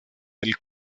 del